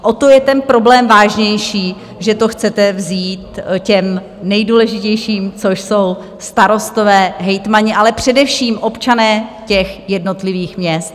O to je ten problém vážnější, že to chcete vzít těm nejdůležitějším, což jsou starostové, hejtmani, ale především občané těch jednotlivých měst.